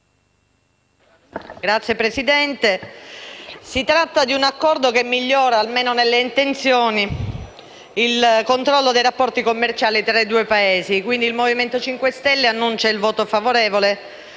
Signora Presidente, l'Accordo migliora, almeno nelle intenzioni, il controllo dei rapporti commerciali tra i due Paesi. Il Movimento 5 Stelle annuncia il voto favorevole,